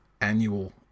annual